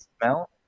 smell